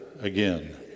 again